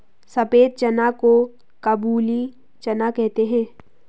सफेद चना को काबुली चना कहते हैं